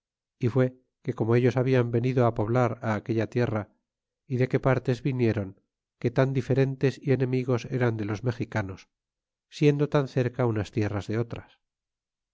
y fue que como ellos hablan venido poblar á aquella tierra é de que partes vinieron que tan diferentes y enemigos eran de los mexicanos siendo tan cerca unas tierras de otras